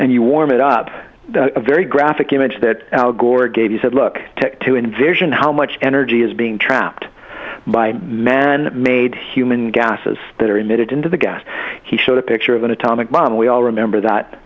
and you warm it up a very graphic image that al gore gave you said look tech to envision how much energy is being trapped by man made human gases that are emitted into the gas he showed a picture of an atomic bomb we all remember that